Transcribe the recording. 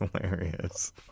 hilarious